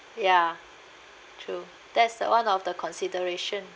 ya true that's the one of the consideration